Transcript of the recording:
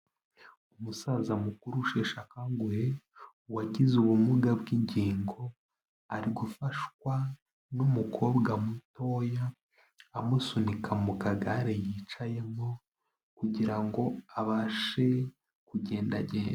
Umusaza mukuru usheshe akanguhe wagize ubumuga bw'ingingo, ari gufashwa n'umukobwa mutoya amusunika mu kagare yicayemo kugira ngo abashe kugendagenda.